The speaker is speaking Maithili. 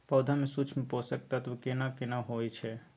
पौधा में सूक्ष्म पोषक तत्व केना कोन होय छै?